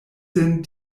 sin